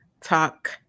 talk